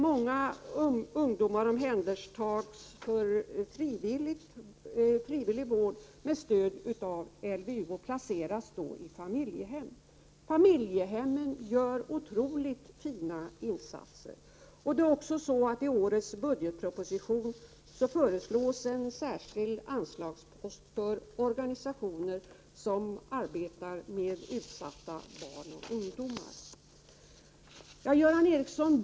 Många ungdomar omhändertas för frivillig vård med stöd av LVU och placeras i familjehem. Familjehemmen gör otroligt fina insatser. I årets budgetproposition föreslås dessutom en särskild anslagspost för organisationer som arbetar med utsatta barn och ungdomar.